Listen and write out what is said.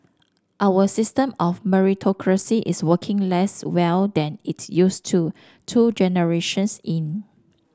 our system of meritocracy is working less well than it used to two generations in